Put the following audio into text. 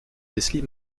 leslie